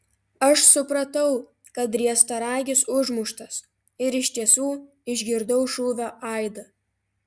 aš supratau kad riestaragis užmuštas ir iš tiesų išgirdau šūvio aidą